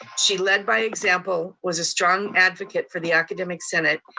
she lead by example, was a strong advocate for the academic senate,